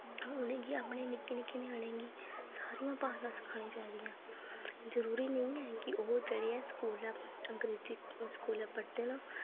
उ'नें गी अपने निक्के निक्के ञ्यानें गी सारियां भाशां सखानियां चाहि दियां जरूरी नेईं ऐ कि ओह् स्कूल गै अंग्रेजी स्कूल पढ़दे न